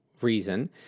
reason